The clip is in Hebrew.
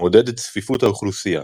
ומעודד את צפיפות האוכלוסייה.